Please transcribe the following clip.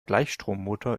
gleichstrommotor